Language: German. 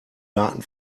daten